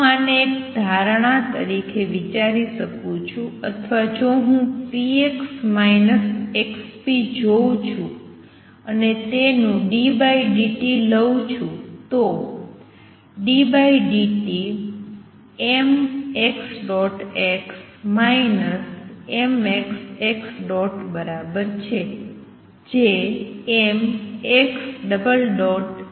હું આને એક ધારણા તરીકે વિચારી શકું છું અથવા જો હું px xp જોઉં છું અને તેનું d d t લઉં છું તો તે ddt બરાબર છે